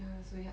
ya so ya